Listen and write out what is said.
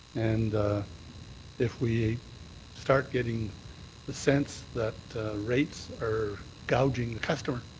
and if we start getting the sense that rates are gouging the customer,